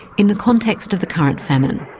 in the context of the current famine.